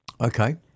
Okay